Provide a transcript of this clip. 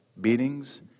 beatings